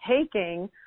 taking